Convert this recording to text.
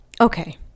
Okay